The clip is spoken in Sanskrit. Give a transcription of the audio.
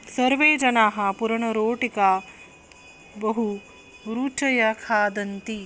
सर्वे जनाः पूर्णरोटिका बहु रुचया खादन्ति